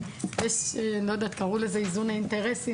קראו לזה איזון האינטרסים.